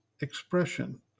expression